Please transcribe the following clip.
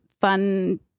fun